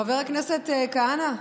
חבר הכנסת כהנא.